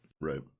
right